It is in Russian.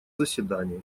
заседании